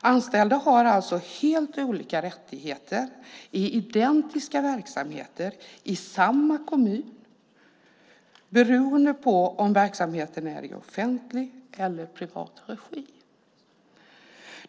Anställda har alltså helt olika rättigheter i identiska verksamheter i samma kommun beroende på om verksamheten är i offentlig eller privat regi.